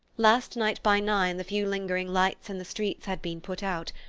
last night by nine the few lingering lights in the streets had been put out,